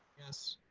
yes.